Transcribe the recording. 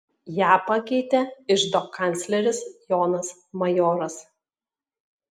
ją pakeitė iždo kancleris jonas majoras